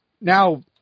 now